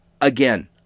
Again